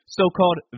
so-called